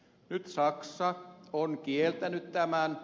nyt saksa on kieltänyt tämän